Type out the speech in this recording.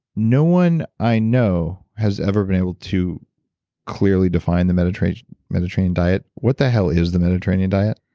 no one i know has ever been able to clearly define the mediterranean mediterranean diet. what the hell is the mediterranean diet?